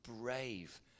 brave